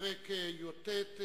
פרק י"ט,